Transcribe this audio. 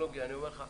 לך,